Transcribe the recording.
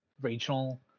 regional